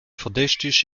verdächtigt